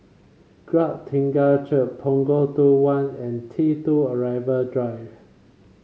Glad Church Punggol two one and T two Arrival Drive